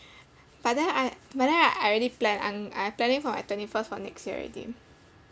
but then I but then I already planned I I planning for my twenty first for next year already